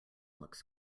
looks